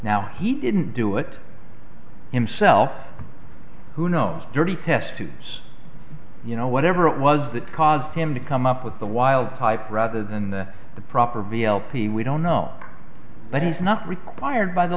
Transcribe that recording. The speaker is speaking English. now he didn't do it himself who knows dirty test tubes you know whatever it was that caused him to come up with the wild type rather than the the proper v l p we don't know but he is not required by the